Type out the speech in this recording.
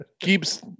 keeps